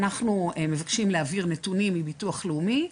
אנחנו מבקשים להעביר נתונים מביטוח לאומי,